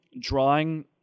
drawing